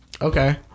Okay